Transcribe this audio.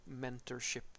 mentorship